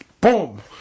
boom